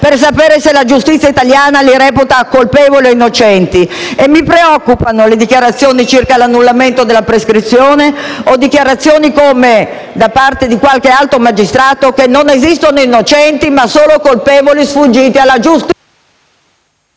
per sapere se la giustizia italiana li reputa colpevoli o innocenti? *(Richiami del Presidente).* E mi preoccupano le dichiarazioni circa l'annullamento della prescrizione o dichiarazioni, come quelle fatte da qualche alto magistrato, secondo cui non esistono innocenti, ma solo colpevoli sfuggiti alla giustizia...